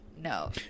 No